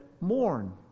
mourn